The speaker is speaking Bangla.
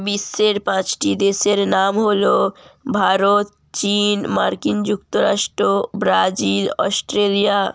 বিশ্বের পাঁচটি দেশের নাম হলো ভারত চীন মার্কিন যুক্তরাষ্ট্র ব্রাজিল অস্ট্রেলিয়া